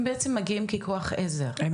הם בעצם מגיעים ככח עזר, נכון?